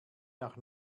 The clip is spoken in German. nach